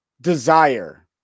desire